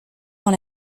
dans